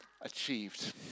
achieved